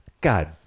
God